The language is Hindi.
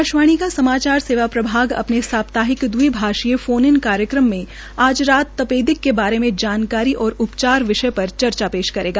आकाशावाणी का समाचार सेवा प्रभाग अपने साप्ताकि दविभार्षीय फोन इन कार्यक्रम में आज राज तपेदिक के बारे में जानकारी और उपचार विषय पर चर्चा पेश करेगा